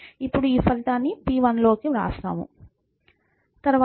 ఇప్పుడు ఈ ఫలితాన్ని p1 లోకి వ్రాస్తాము